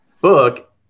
book